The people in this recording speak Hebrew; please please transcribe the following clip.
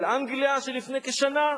של אנגליה של לפני כשנה?